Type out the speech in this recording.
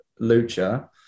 lucha